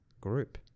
group